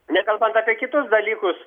nekalbant apie kitus dalykus